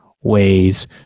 ways